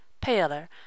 paler